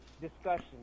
discussion